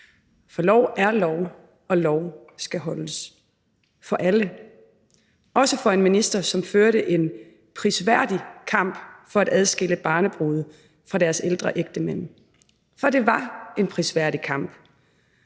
For lov er lov, og lov skal holdes – af alle, også af en minister, som førte en prisværdig kamp for at adskille barnebrude fra deres ældre ægtemand. For det var en prisværdig kamp.